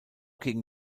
gegen